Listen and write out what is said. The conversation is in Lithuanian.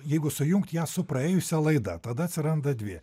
jeigu sujungt ją su praėjusia laida tada atsiranda dvi